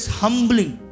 humbling